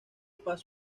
paso